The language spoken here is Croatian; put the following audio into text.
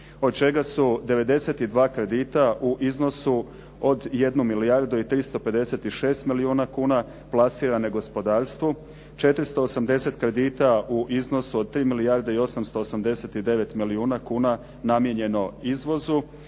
od čega su 92 kredita u iznosu od jednu milijardu i 356 milijuna kuna plasirane gospodarstvu, 480 kredita u iznosu od 3 milijarde i 889 milijuna kuna namijenjeno izvozu